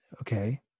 Okay